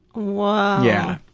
wow. yeah.